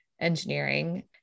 engineering